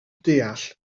deall